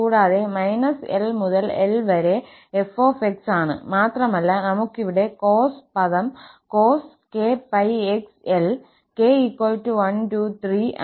കൂടാതെ -𝑙 മുതൽ 𝑙 വരെ 𝑓𝑥 ആണ് മാത്രമല്ല നമുക്കിവിടെ cos പദം cos𝑘𝜋𝑥𝑙 𝑘123